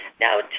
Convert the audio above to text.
now